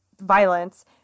violence